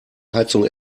heizung